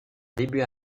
début